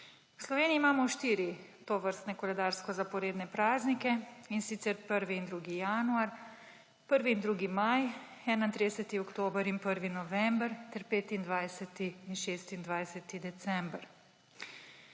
V Sloveniji imamo štiri tovrstne koledarsko zaporedne praznike, in sicer 1. in 2. januar, 1. in 2. maj, 31. oktober in 1. november ter 25. in 26. december.